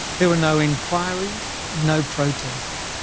there were no inquiries, no protests.